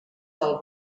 del